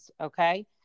Okay